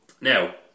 now